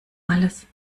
alles